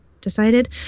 decided